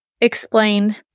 explain